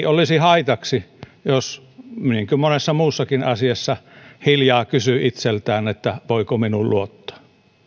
olisi haitaksi jos niin kuin monessa muussakin asiassa hiljaa kysyy itseltään että voiko minuun luottaa